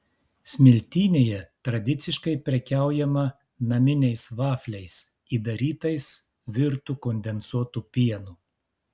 smiltynėje tradiciškai prekiaujama naminiais vafliais įdarytais virtu kondensuotu pienu